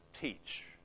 teach